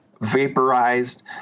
vaporized